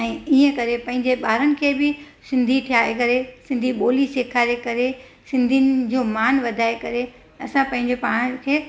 ऐं ईअं करे पंहिंजे ॿारनि खे बि सिंधी ठाहे करे सिंधी ॿोली सेखारे करे सिंधियुनि जो मान वधाए करे असां पंहिंजो पाण खे